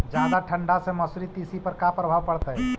जादा ठंडा से मसुरी, तिसी पर का परभाव पड़तै?